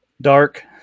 Dark